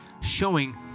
showing